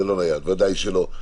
זה לא נייד, ודאי שלא.